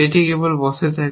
এটি কেবল বসে থাকে